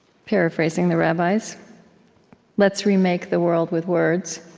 paraphrasing the rabbis let's remake the world with words.